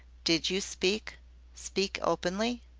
did you speak speak openly?